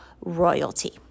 royalty